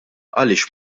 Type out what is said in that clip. għaliex